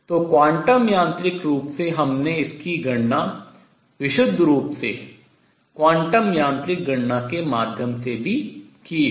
तो क्वांटम यांत्रिक रूप से हमने इसकी गणना विशुद्ध रूप से क्वांटम यांत्रिक गणना के माध्यम से भी की है